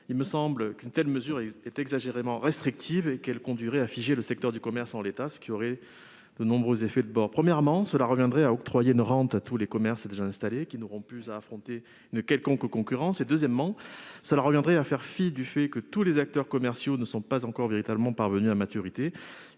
Il me semble qu'une telle mesure est exagérément restrictive et qu'elle conduirait à figer le secteur du commerce en l'état, ce qui aurait de nombreux effets de bord. Premièrement, elle conduirait à octroyer une rente ... Exact !... à tous les commerces déjà installés, qui n'auraient alors plus aucune concurrence à craindre. Deuxièmement, cela reviendrait à ignorer que tous les acteurs commerciaux ne sont pas encore véritablement parvenus à maturité.